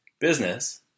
Business